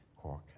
Cork